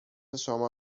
شما